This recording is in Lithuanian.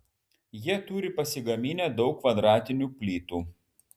jie turi pasigaminę daug kvadratinių plytų